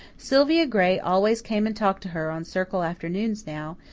sylvia gray always came and talked to her on circle afternoons now,